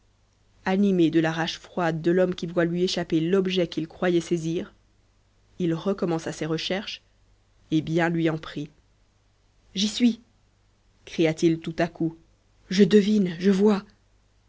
animé de la rage froide de l'homme qui voit lui échapper l'objet qu'il croyait saisir il recommença ses recherches et bien lui en prit j'y suis cria-t-il tout à coup je devine je vois